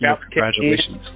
congratulations